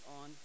on